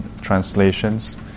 translations